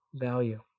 value